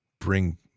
bring